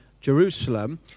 Jerusalem